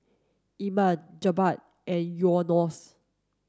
Iman Jebat and Yunos